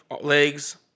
legs